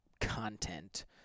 content